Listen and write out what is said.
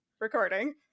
recording